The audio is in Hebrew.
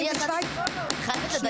שש